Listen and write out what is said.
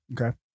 Okay